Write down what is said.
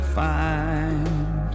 find